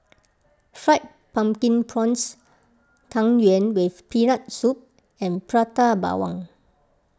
Fried Pumpkin Prawns Tang Yuen with Peanut Soup and Prata Bawang